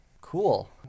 cool